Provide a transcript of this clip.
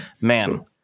Man